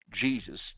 Jesus